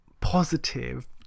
Positive